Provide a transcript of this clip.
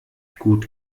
gut